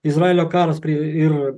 izraelio karas pri ir